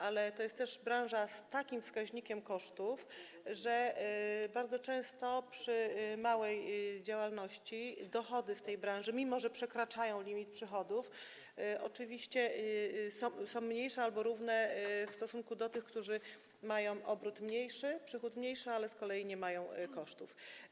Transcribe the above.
Ale to jest też branża z takim wskaźnikiem kosztów, że bardzo często w przypadku małej działalności dochody z tej branży, mimo że przekraczają limit przychodów, oczywiście są mniejsze albo równe w stosunku do tych, którzy mają mniejszy obrót, przychód, ale z kolei nie mają kosztów.